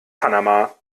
panama